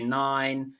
nine